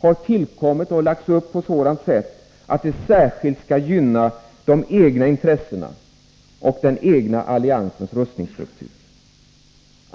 har tillkommit och lagts upp på ett sådant sätt att det särskilt skall gynna de egna intressena och den egna alliansens rustningsstruktur.